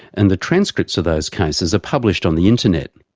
and the transcripts of those cases are published on the internet.